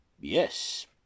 yes